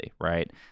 right